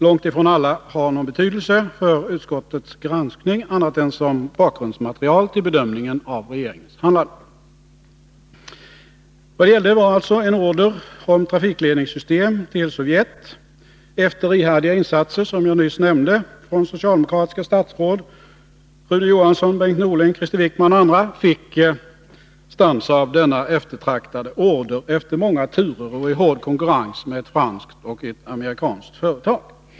Långt ifrån alla har någon betydelse för utskottets granskning annat än som bakgrundsmaterial till bedömningen av regeringens handlande. Vad det gällde var alltså en order på trafikledningssystem till Sovjet. Efter ihärdiga insatser, som jag nyss nämnde, från socialdemokratiska statsråd — Rune Johansson, Bengt Norling, Krister Wickman och andra — fick Stansaab denna eftertraktade order, efter många turer och i hård konkurrens med ett franskt och ett amerikanskt företag.